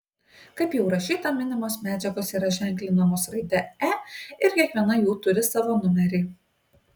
kaip jau rašyta minimos medžiagos yra ženklinamos raide e ir kiekviena jų turi savo numerį